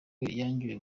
yangiwe